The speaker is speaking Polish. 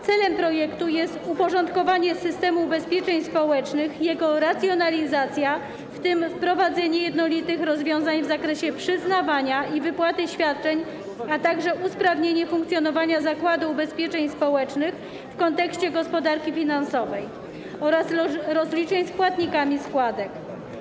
Celem projektu jest uporządkowanie systemu ubezpieczeń społecznych i jego racjonalizacja, w tym wprowadzenie jednolitych rozwiązań w zakresie przyznawania i wypłaty świadczeń, a także usprawnienie funkcjonowania Zakładu Ubezpieczeń Społecznych w kontekście gospodarki finansowej, oraz rozliczeń z płatnikami składek.